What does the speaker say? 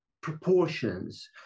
proportions